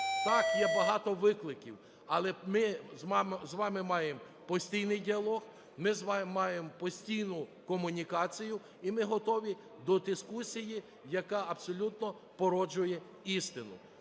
Так, є багато викликів. Але ми з вами маємо постійний діалог, ми з вами маємо постійну комунікацію. І ми готові до дискусії, яка абсолютно породжує істину.